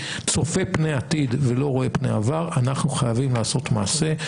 צופה פני עתיד ולא רואה פני עבר אנחנו חייבים לעשות מעשה.